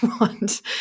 want